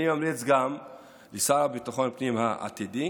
אני ממליץ גם לשר לביטחון הפנים העתידי